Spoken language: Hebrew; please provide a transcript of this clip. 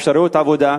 אפשרויות עבודה,